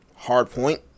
hardpoint